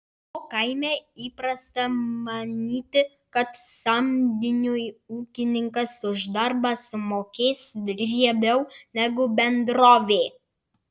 o kaime įprasta manyti kad samdiniui ūkininkas už darbą sumokės riebiau negu bendrovė